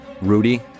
Rudy